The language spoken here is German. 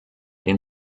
den